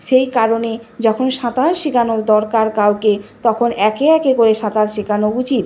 সেই কারণে যখন সাঁতার শেখানো দরকার কাউকে তখন একে একে করে সাঁতার শেখানো উচিত